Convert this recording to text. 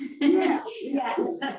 Yes